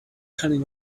cunning